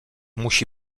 musi